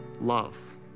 love